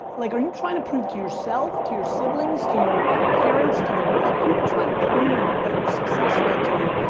like are you trying to prove to yourself, to your siblings, to your parents, to the world? who are you trying to prove that you're successful to,